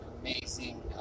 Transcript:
amazing